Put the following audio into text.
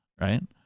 right